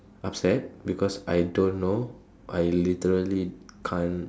upset because I don't know I literally can't